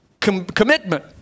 commitment